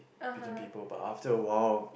between people but after a while